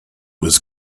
was